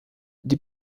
die